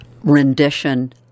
rendition